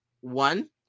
one